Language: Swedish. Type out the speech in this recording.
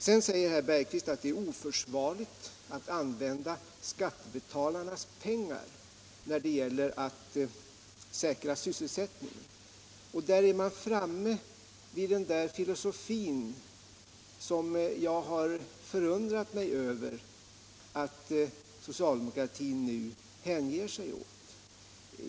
Vidare säger herr Bergqvist att det är oförsvarligt att använda skattebetalarnas pengar för att säkra sysselsättningen. Han är där inne på den filosofi som jag förundrat mig över att socialdemokratin nu hänger sig åt.